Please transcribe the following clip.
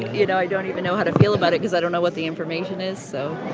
you know, i don't even know how to feel about it cause i don't know what the information is. so